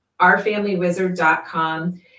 ourfamilywizard.com